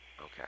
okay